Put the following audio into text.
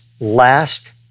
last